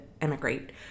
emigrate